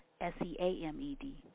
S-E-A-M-E-D